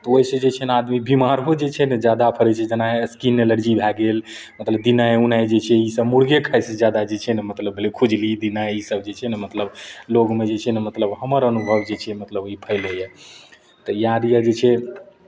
तऽ ओहिसँ जे छै ने आदमी बिमारो जे छै ने जादा पड़ै छै जेना स्किन एलर्जी भए गेल मतलब दिनाय उनाय जे छै इसभ मुरगे खायसँ जादा जे छै ने मतलब भेलै खुजली दिनाय इसभ जे छै ने मतलब लोगमे जे छै ने मतलब हमर अनुभव जे छै ने मतलब ई फैलैए तऽ इएह लिए जे छै